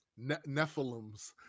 Nephilims